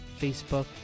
facebook